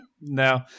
No